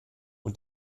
und